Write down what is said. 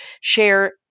share